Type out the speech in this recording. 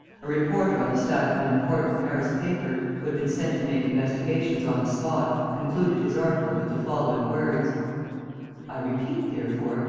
a reporter on the staff of an important paris paper, who had been sent to make investigations on the spot, concluded his article with the following words i repeat, therefore,